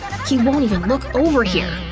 he won't even look over here.